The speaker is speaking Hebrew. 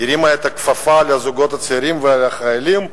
את הכפפה של הזוגות הצעירים והחיילים.